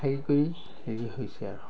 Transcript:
হেৰি কৰি হৰি হৈছে আৰু